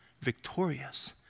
victorious